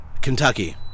Kentucky